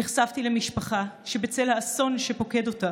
נחשפתי למשפחה שבצל האסון שפוקד אותה